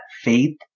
faith